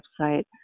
website